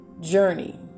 journey